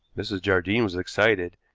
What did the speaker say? mrs. jardine was excited,